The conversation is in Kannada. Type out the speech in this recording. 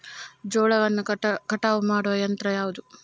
ಜೋಳವನ್ನು ಕಟಾವು ಮಾಡುವ ಯಂತ್ರ ಯಾವುದು?